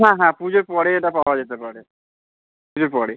হ্যাঁ হ্যাঁ পুজোর পরে এটা পাওয়া যেতে পারে পুজোর পরে